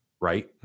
right